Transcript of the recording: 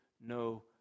no